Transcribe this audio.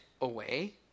away